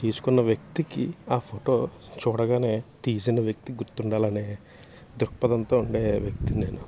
తీసుకున్న వ్యక్తికి ఆ ఫోటో చూడగానే తీసిన వ్యక్తి గుర్తుండాలనే దృక్పదంతో ఉండే వ్యక్తి నేను